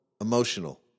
emotional